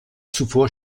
zuvor